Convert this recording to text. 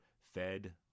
fed